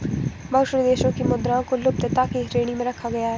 बहुत से देशों की मुद्राओं को लुप्तता की श्रेणी में रखा गया है